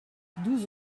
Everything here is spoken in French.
douze